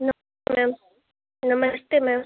नम ma'am नमस्ते ma'am